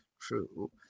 true